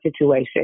situation